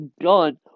god